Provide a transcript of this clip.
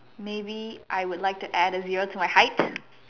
maybe I would like to add a zero to my height